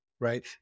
right